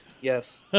Yes